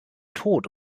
tod